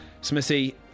Smithy